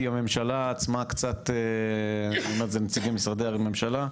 כי הממשלה עצמה, וזה גם נציגי משרדי הממשלה,